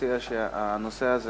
שהנושא הזה